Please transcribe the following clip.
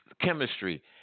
chemistry